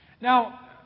Now